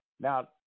Now